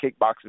kickboxing